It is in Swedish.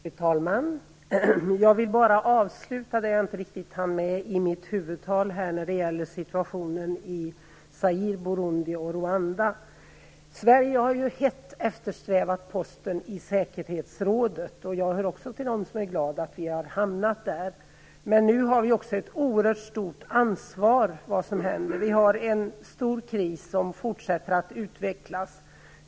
Fru talman! Jag vill avsluta det jag inte riktigt hann med i mitt huvudanförande när det gäller situationen i Zaire, Burundi och Rwanda. Sverige har ju hett eftersträvat posten i säkerhetsrådet. Jag hör också till dem som är glada att vi har hamnat där. Men nu har vi också ett oerhört stort ansvar för vad som händer. Vi har en stor kris som fortsätter att utvecklas.